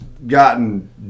gotten